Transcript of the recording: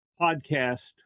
podcast